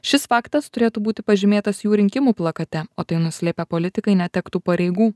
šis faktas turėtų būti pažymėtas jų rinkimų plakate o tai nuslėpę politikai netektų pareigų